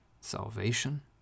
salvation